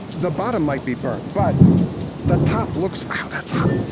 the bottom might be burnt, but the top looks, ow that's hot,